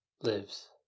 lives